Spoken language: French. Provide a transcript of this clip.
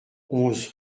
onze